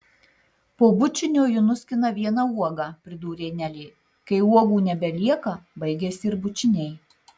po bučinio ji nuskina vieną uogą pridūrė nelė kai uogų nebelieka baigiasi ir bučiniai